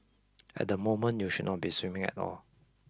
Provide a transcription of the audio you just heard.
at the moment you should not be swimming at all